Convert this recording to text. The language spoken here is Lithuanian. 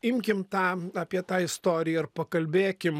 imkim tą apie tą istoriją ir pakalbėkim